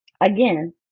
again